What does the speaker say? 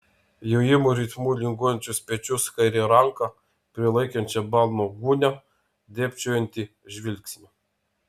jojimo ritmu linguojančius pečius kairę ranką prilaikančią balno gūnią dėbčiojantį žvilgsnį